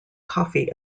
coffee